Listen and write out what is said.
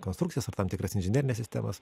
konstrukcijas ar tam tikras inžinerines sistemas